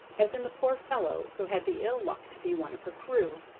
as in the poor fellow who had the ill luck to be one of her crew.